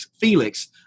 Felix